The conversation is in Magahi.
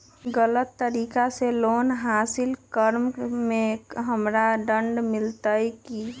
गलत तरीका से लोन हासिल कर्म मे हमरा दंड मिली कि?